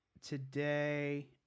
today